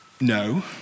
no